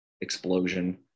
explosion